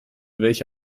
welche